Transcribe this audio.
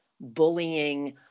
bullying